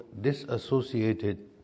disassociated